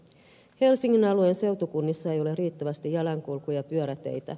helsingin alueen seutukunnissa ei ole riittävästi jalankulku ja pyöräteitä